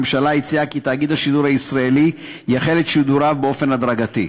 הממשלה הציעה כי תאגיד השידור הישראלי יחל את שידוריו באופן הדרגתי.